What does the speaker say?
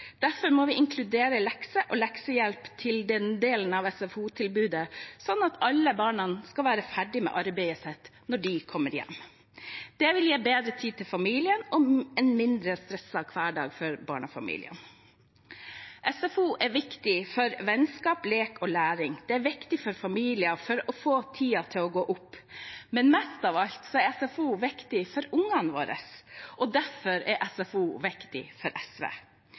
Derfor må vi inkludere lekser og leksehjelp i en del av SFO-tilbudet, slik at alle barn skal være ferdige med arbeidet sitt når de kommer hjem. Det vil gi bedre tid til familien og en mindre stresset hverdag for barnefamiliene. SFO er viktig for vennskap, lek og læring. Det er viktig for familier for å få tiden til å gå opp. Men mest av alt er SFO viktig for barna våre – derfor er SFO viktig for SV.